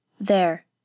There